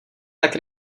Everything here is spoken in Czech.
tak